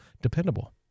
dependable